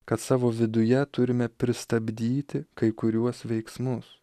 kad savo viduje turime pristabdyti kai kuriuos veiksmus